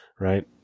right